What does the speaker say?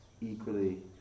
equally